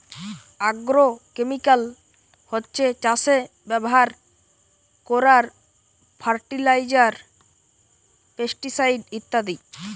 agrochemical হচ্ছে চাষে ব্যাভার কোরার ফার্টিলাইজার, পেস্টিসাইড ইত্যাদি